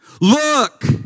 Look